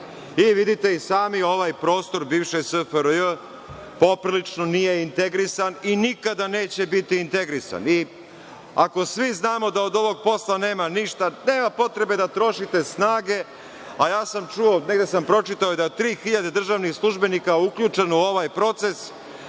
ništa. Vidite i sami, ovaj prostor bivše SFRJ poprilično nije integrisan i nikada neće biti integrisan i ako svi znamo da od ovog posla nema ništa, nema potrebe da trošite snage, negde sam pročitao da 3000 državnih službenika uključeno u ovaj proces